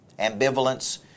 ambivalence